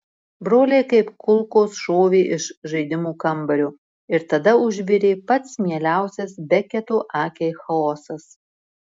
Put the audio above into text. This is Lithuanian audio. broliai kaip kulkos šovė iš žaidimų kambario ir tada užvirė pats mieliausias beketo akiai chaosas